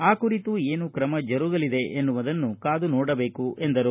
ಆ ಕುರಿತು ಏನು ಕ್ರಮ ಜರುಗಲಿದೆ ಎನ್ನುವುದನ್ನು ಕಾದು ನೋಡಬೇಕು ಎಂದರು